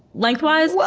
length wise.